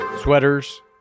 sweaters